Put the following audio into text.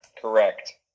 correct